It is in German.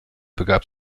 begab